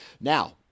Now